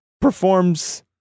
performs